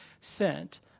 sent